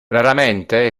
raramente